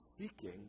seeking